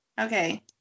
Okay